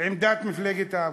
עמדת מפלגת העבודה.